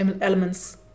elements